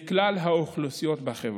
לכלל האוכלוסיות בחברה.